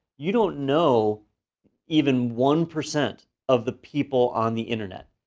you don't know even one percent of the people on the internet.